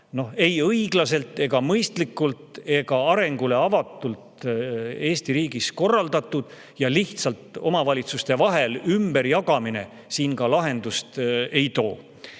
ei õiglaselt ega mõistlikult ega arengule avatult korraldatud. Ja lihtsalt omavalitsuste vahel [raha] ümberjagamine siin lahendust ei too.